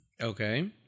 Okay